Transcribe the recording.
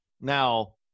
Now